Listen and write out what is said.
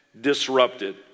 disrupted